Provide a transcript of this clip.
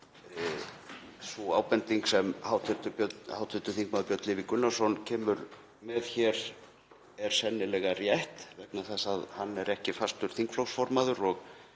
Sú ábending sem hv. þm. Björn Leví Gunnarsson kemur með hér er sennilega rétt vegna þess að hann er ekki fastur þingflokksformaður.